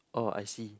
oh I see